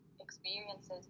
experiences